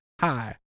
Hi